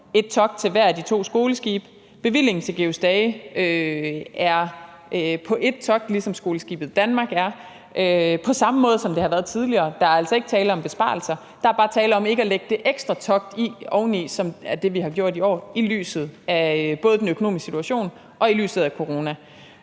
ét togt for hver af de to skoleskibe – bevillingen til »Georg Stage« er på ét togt, ligesom den er til »Skoleskibet Danmark« – på samme måde, som det har været tidligere. Der er altså ikke tale om besparelser; der er bare tale om ikke at lægge det ekstra togt oveni. Det er det, vi har gjort i år set i lyset af både den økonomiske situation og i lyset af corona.